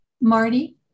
Marty